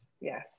yes